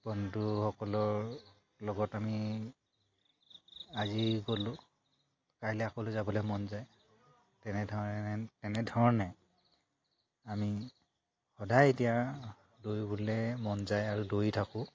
বন্ধুসকলৰ লগত আমি আজি গ'লো কাইলৈ আকৌ যাবলৈ মন যায় তেনেধৰণে তেনেধৰণে আমি সদায় এতিয়া দৌৰিবলৈ মন যায় আৰু দৌৰি থাকোঁ